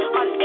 on